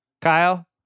Kyle